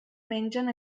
mengen